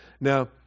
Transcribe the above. Now